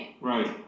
Right